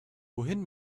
wohin